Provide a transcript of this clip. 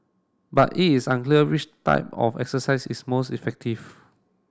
but it's unclear which type of exercise is most effective